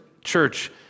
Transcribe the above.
church